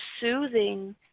soothing